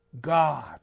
God